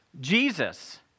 Jesus